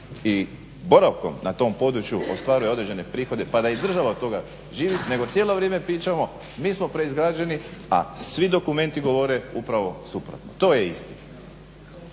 i boravkom na tom području ostvaruje određene prihode, pa da i država od toga živi. Nego cijelo vrijeme pričamo, mi smo preizgrađeni, a svi dokumenti govore upravo suprotno, to je istina.